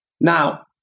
Now